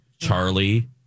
Charlie